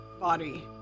body